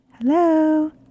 Hello